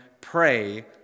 pray